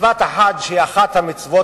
מצוות החאג' היא אחת המצוות,